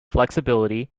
flexibility